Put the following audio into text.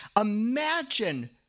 imagine